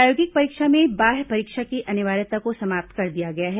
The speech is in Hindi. प्रायोगिक परीक्षा में बाहय परीक्षक की अनिवार्यता को समाप्त किया गया है